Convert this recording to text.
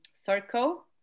circle